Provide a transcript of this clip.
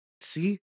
see